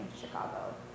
Chicago